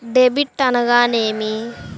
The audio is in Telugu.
డెబిట్ అనగానేమి?